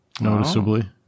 noticeably